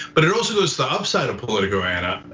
but it also goes the upside of politico ana,